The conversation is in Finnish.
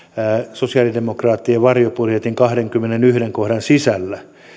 sosialidemokraattien varjobudjetin kahdennenkymmenennenensimmäisen kohdan sisällä